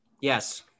Yes